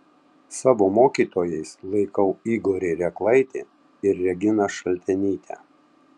savo mokytojais laikau igorį reklaitį ir reginą šaltenytę